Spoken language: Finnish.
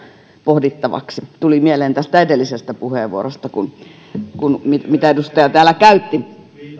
pohdittavaksi tuli mieleen tästä edellisestä puheenvuorosta jonka edustaja täällä käytti